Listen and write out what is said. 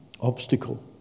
Obstacle